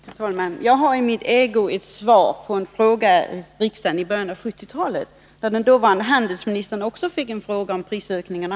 Herr talman! Jag har i min ägo ett svar på en fråga i riksdagen i början av 1970-talet, där också den dåvarande handelsministern fick en fråga om prisökningarna.